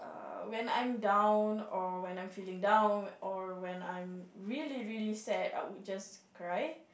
uh when I'm down or when I'm feeling down or when I'm really really sad I would just cry